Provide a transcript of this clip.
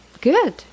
good